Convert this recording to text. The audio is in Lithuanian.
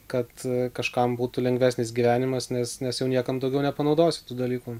kad kažkam būtų lengvesnis gyvenimas nes nes jau niekam daugiau nepanaudosi tų dalykų